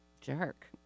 Jerk